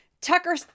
tucker